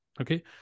Okay